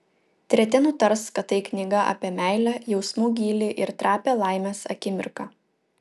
treti nutars kad tai knyga apie meilę jausmų gylį ir trapią laimės akimirką